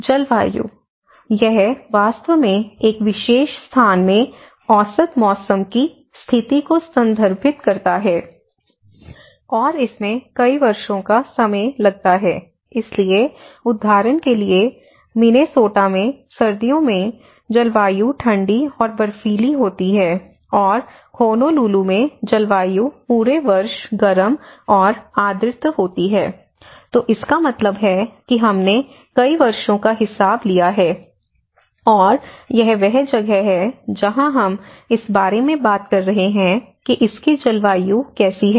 जलवायु यह वास्तव में एक विशेष स्थान में औसत मौसम की स्थिति को संदर्भित करता है और इसमें कई वर्षों का समय लगता है इसलिए उदाहरण के लिए मिनेसोटा में सर्दियों में जलवायु ठंडी और बर्फीली होती है और होनोलुलु में जलवायु पूरे वर्ष गर्म और आर्द्र होती है तो इसका मतलब है कि इसने कई वर्षों का हिसाब लिया है और यह वह जगह है जहाँ हम इस बारे में बात कर रहे हैं कि इसकी जलवायु कैसी है